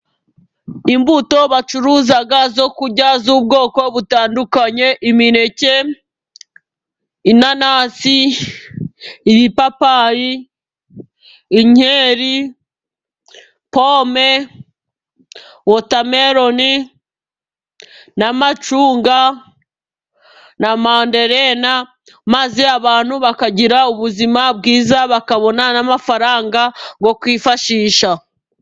Imbuto bacuruza zo kurya z'ubwoko butandukanye imineke, inanasi, ibipapayi, inkeri, pome, wotameloni, amacunga na manderena. Maze abantu bakagira ubuzima bwiza bakabona n'amafaranga yo kwifashisha.